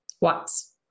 Watts